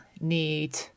need